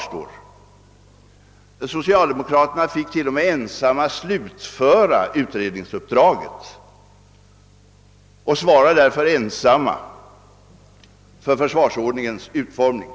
Socialdemokraterna fick t.o.m. ensamma slutföra utredningsuppdraget och svarar därför ensamma för försvarsordningens utformning.